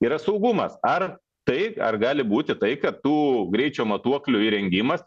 yra saugumas ar tai ar gali būti tai kad tų greičio matuoklių įrengimas